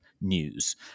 news